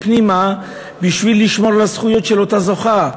פנימה בשביל לשמור על הזכויות של אותה זוכה,